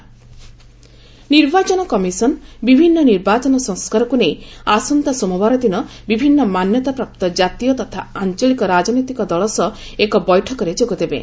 EC meeting ନିର୍ବାଚନ commission ବିଭିନ୍ନ ନିର୍ବାଚନ ସଂସ୍କାରକୁ ନେଇ ଆସନ୍ତା ସୋମବାର ଦିନ ବିଭିନ୍ନ ମାନ୍ୟତାପ୍ରାପ୍ତ ଜାତୀୟ ତଥା ଆଞ୍ଚଳି ରାଜନୈତିକ ଦଳ ସହ ଏକ ବୈଠକରେ ଯୋଗଦେବେ